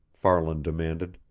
farland demanded.